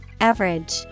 Average